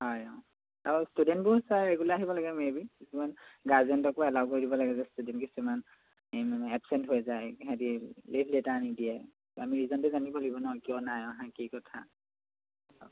হয় অঁ আৰু ষ্টুডেণ্টবোৰো ছাৰ ৰেগুলাৰ আহিব লাগে মেই বি কিছুমান গাৰ্জেনটকো এলাউ কৰিব লাগে যে ষ্টুডেণ্ট কিছুমান এই মানে এবচেণ্ট হৈ যায় সিহঁতি লিভ লেটাৰ আনি নিদিয়ে আমি ৰিজনটো জানিব লাগিব ন কিয় নাই অহা কি কথা